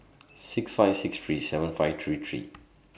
six five six three seven five three three